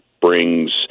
brings